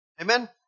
Amen